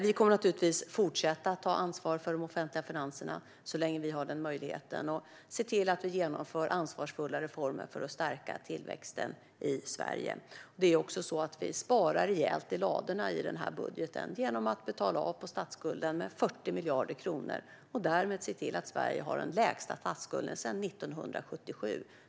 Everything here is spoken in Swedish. Vi kommer att fortsätta att ta ansvar för de offentliga finanserna så länge vi har den möjligheten och se till att vi genomför ansvarsfulla reformer för att stärka tillväxten i Sverige. Vi sparar rejält i ladorna i budgeten genom att betala av 40 miljarder kronor på statsskulden. Därmed ser vi till att Sverige har den lägsta statsskulden sedan 1977.